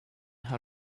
how